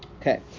okay